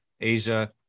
Asia